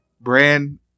brand